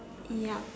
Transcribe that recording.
yup